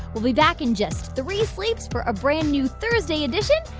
we'll be back in just three slates for a brand new thursday edition.